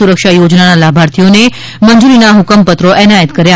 સુરક્ષા યોજનાના લાભાર્થીઓને મંજૂરીના હુકમપત્રો એનાયત કર્યા